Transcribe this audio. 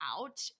out